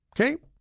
Okay